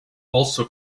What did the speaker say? also